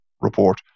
report